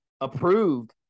approved